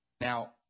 Now